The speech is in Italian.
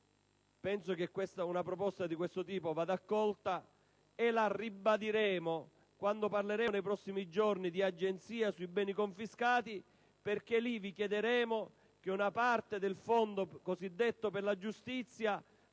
Penso che una proposta di questo tipo vada accolta e la ribadiremo quando parleremo nei prossimi giorni di agenzia sui beni confiscati, perché lì vi chiederemo che una parte del cosiddetto fondo per la giustizia